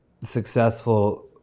successful